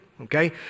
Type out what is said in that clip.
okay